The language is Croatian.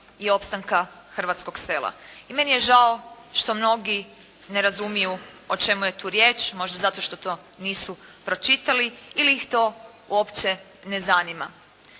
i opstanka hrvatskog sela. I meni je žao što mnogi ne razumiju o čemu je tu riječ, možda zato što to nisu pročitali ili ih to uopće ne zanima.